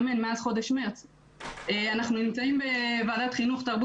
מתנגחים ואנחנו לא מתייחסים אליהם ככאלה.